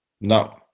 No